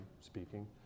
speaking